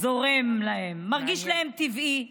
זורם להם, מרגיש להם טבעי,